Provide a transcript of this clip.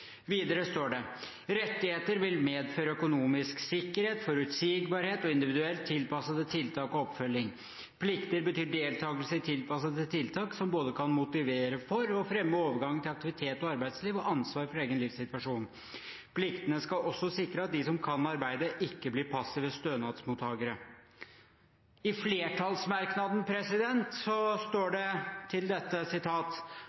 Videre står det: «Rettigheter vil medføre økonomisk sikkerhet, forutsigbarhet og individuelt tilpassede tiltak og oppfølging. Plikter betyr deltakelse i tilpassede tiltak som både kan motivere for og fremme overgangen til aktivitet og arbeidsliv og ansvar for egen livssituasjon. Pliktene skal også sikre at de som kan arbeide ikke blir passive stønadsmottakere.» I flertallsmerknaden står det til dette: